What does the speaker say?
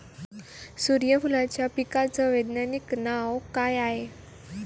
सुर्यफूलाच्या पिकाचं वैज्ञानिक नाव काय हाये?